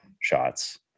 shots